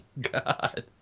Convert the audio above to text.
God